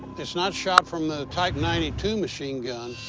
it's not shot from the type ninety two machine gun.